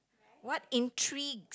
what intrigues